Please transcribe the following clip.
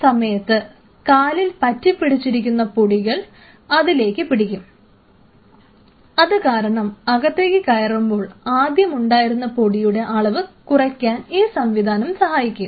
അപ്പോൾ കാലിൽ പറ്റിപ്പിടിച്ചിരിക്കുന്ന പൊടികൾ അതിലേക്ക് പിടിക്കും അതുകാരണം അകത്തേക്ക് കയറുമ്പോൾ ആദ്യമുണ്ടായിരുന്ന പൊടിയുടെ അളവ് കുറയ്ക്കാൻ ഈ സംവിധാനം സഹായിക്കും